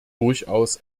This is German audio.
durchaus